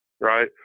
right